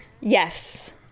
Yes